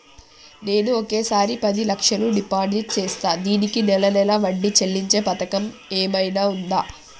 నేను ఒకేసారి పది లక్షలు డిపాజిట్ చేస్తా దీనికి నెల నెల వడ్డీ చెల్లించే పథకం ఏమైనుందా?